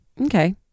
Okay